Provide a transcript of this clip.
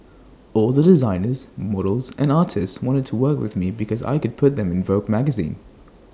all the designers models and artists wanted to work with me because I could put them in Vogue magazine